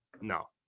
no